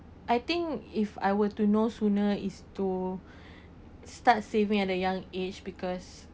I think if I were to know sooner is to start saving at a young age because